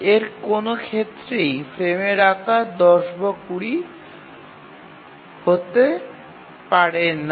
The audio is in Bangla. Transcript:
এর কোনও ক্ষেত্রেই ফ্রেমের আকার ১০ বা ২০ হতে পারে না